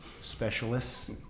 specialists